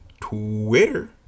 Twitter